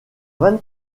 vingt